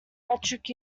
metric